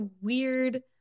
weird